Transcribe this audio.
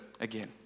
again